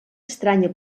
estranya